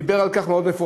דיבר על כך במפורש.